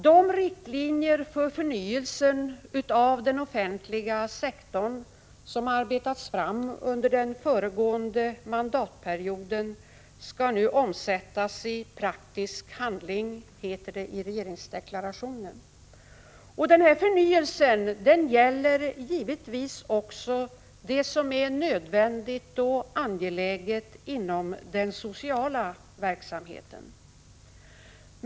De riktlinjer för förnyelsen av den offentliga sektorn som har arbetats fram under den föregående mandatperioden skall nu omsättas i praktisk handling, heter det i regeringsdeklarationen. Den förnyelsen gäller givetvis också det som är nödvändigt och angeläget inom den sociala verksamheten.